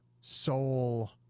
soul